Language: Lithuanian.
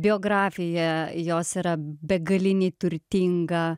biografija jos yra begaliniai turtinga